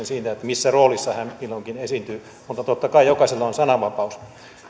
siitä missä roolissa hän milloinkin esiintyy mutta totta kai jokaisella on sananvapaus